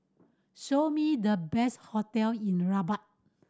show me the best hotel in Rabat